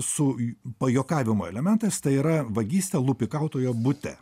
su pajuokavimo elementais tai yra vagystė lupikautojo bute